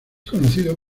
conocido